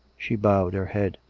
she bowed her head.